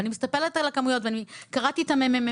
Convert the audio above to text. ואני מסתכלת על הכמויות ואני קראתי את הממ"מ